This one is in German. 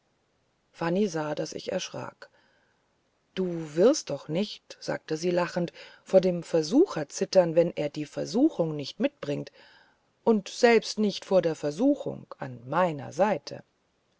sah daß ich erschrak du wirst doch nicht sagte sie lachend vor dem versucher zittern wenn er die versuchung nicht mitbringt und selbst nicht vor der versuchung an meiner seite